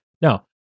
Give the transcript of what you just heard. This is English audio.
Now